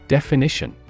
Definition